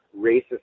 racist